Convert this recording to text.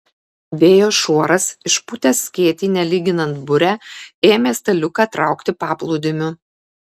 vėjo šuoras išpūtęs skėtį nelyginant burę ėmė staliuką traukti paplūdimiu